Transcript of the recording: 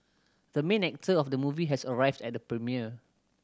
the main actor of the movie has arrived at the premiere